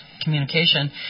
communication